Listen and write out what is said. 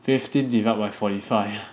fifteen divide by forty five